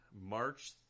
March